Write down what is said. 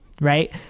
right